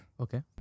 Okay